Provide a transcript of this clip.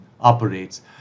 operates